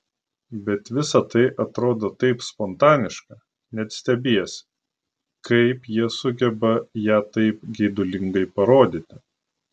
bet visa tai atrodo taip spontaniška net stebiesi kaip jie sugeba ją taip geidulingai parodyti